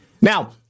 Now